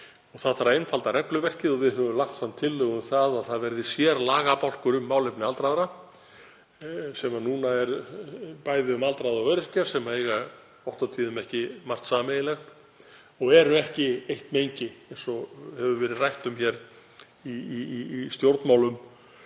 Það þarf að einfalda regluverkið og við höfum lagt fram tillögu um að það verði sér lagabálkur um málefni aldraðra sem núna er bæði um aldraða og öryrkja sem eiga oft og tíðum ekki margt sameiginlegt og eru ekki eitt mengi, eins og hefur verið rætt um hér í stjórnmálum